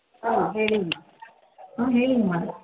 ಹಾಂ ಹೇಳಿಮ್ಮ ಹ್ಞೂ ಹೇಳಿಮ್ಮ